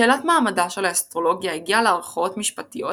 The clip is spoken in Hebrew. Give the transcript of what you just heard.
שאלת מעמדה של האסטרולוגיה הגיעה לערכאות משפטיות